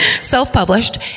self-published